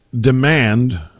demand